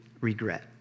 regret